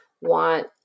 want